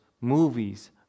movies